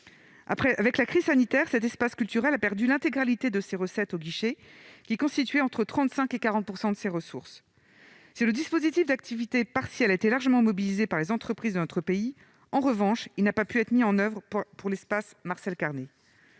Avec la crise sanitaire, cet espace culturel a perdu l'intégralité de ses recettes au guichet, qui constituaient entre 35 % et 40 % de ses ressources. Si le dispositif d'activité partielle a été largement mobilisé par les entreprises de notre pays, il n'a, en revanche, pu être mis en oeuvre par l'espace Marcel-Carné.